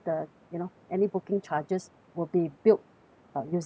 any booking charges will be built uh using